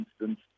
instance